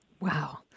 Wow